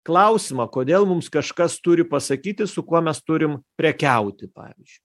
klausimą kodėl mums kažkas turi pasakyti su kuo mes turim prekiauti pavyzdžiui